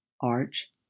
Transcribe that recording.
Arch